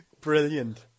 Brilliant